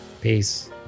peace